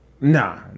Nah